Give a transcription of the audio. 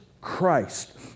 Christ